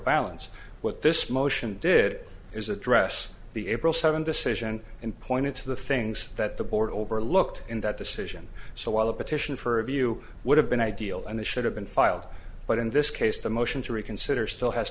balance with this motion did it is address the april seventh decision and pointed to the things that the board overlooked in that decision so while a petition for review would have been ideal and it should have been filed but in this case the motion to reconsider still has